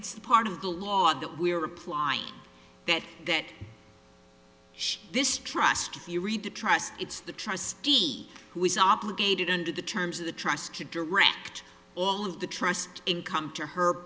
it's part of the law that we are applying that that this trust if you read the trust it's the trustee who is obligated under the terms of the trust could direct all of the trust income to her